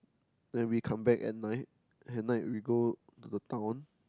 then we come back at night at night we go to the town